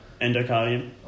endocardium